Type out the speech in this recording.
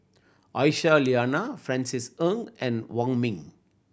Aisyah Lyana Francis Ng and Wong Ming